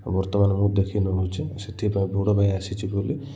ଆଉ ବର୍ତ୍ତମାନ ମୁଁ ଦେଖିନେଉଛି ସେଥିପାଇଁ ବଡ଼ ଭାଇ ଆସିଛି ବୋଲି